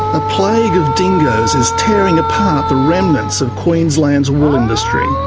a plague of dingoes is tearing apart the remnants of queensland's wool industry.